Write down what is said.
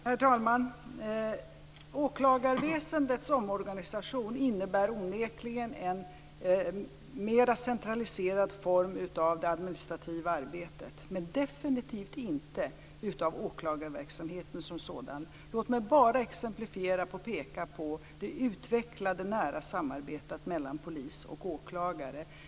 Herr talman! Åklagarväsendets omorganisation innebär onekligen en mera centraliserad form av det administrativa arbetet men definitivt inte av åklagarverksamheten som sådan. Låt mig bara exemplifiera med att peka på det utvecklade nära samarbetet mellan polis och åklagare.